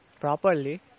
properly